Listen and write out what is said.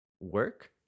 work